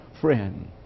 friend